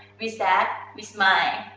we sad, we smile,